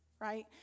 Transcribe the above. right